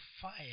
fire